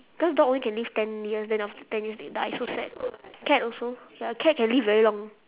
cause dogs only can live ten years then after ten years they die so sad cat also ya cat can live very long